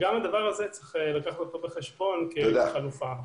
זה עוד משהו שצריך לקחת אותו בחשבון בתור חלופה.